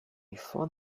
thought